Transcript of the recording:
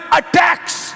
attacks